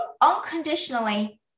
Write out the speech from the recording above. unconditionally